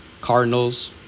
Cardinals